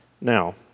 Now